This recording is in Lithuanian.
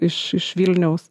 iš iš vilniaus